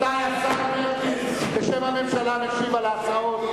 רבותי, השר מרגי, בשם הממשלה, משיב על ההצעות.